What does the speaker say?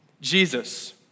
Jesus